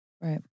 Right